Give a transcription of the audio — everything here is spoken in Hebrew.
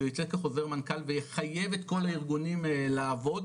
ייצא חוזר מנכ"ל ויחייב את כל הארגונים לעבוד.